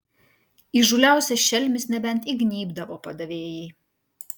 įžūliausias šelmis nebent įgnybdavo padavėjai